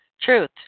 Truth